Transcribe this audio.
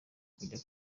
kujya